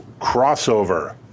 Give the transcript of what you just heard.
Crossover